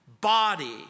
body